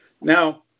Now